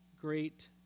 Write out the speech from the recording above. great